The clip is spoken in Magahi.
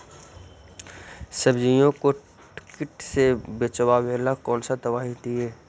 सब्जियों को किट से बचाबेला कौन सा दबाई दीए?